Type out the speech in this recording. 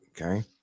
Okay